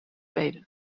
baden